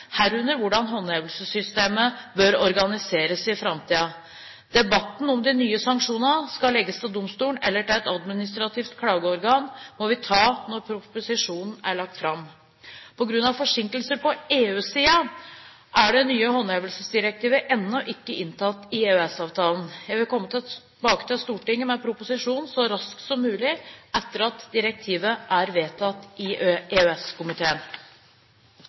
herunder hvordan håndhevelsessystemet bør organiseres i framtiden. Debatten om de nye sanksjonene skal legges til domstolene eller et til administrativt klageorgan, må vi ta når proposisjonen er lagt fram. På grunn av forsinkelser på EU-siden er det nye håndhevelsesdirektivet ennå ikke inntatt i EØS-avtalen. Jeg vil komme tilbake til Stortinget med proposisjonen så raskt som mulig etter at direktivet er vedtatt i